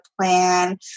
plan